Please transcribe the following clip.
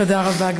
תודה רבה.